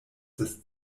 des